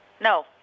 No